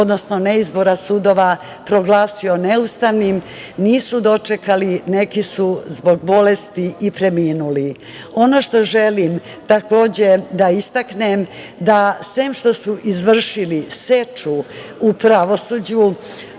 odnosno ne izbora sudova proglasio neustavnim, nisu dočekali, neki su zbog bolesti i preminuli. Ono što želim takođe da istaknem, da sem što su izvršili seču u pravosuđu,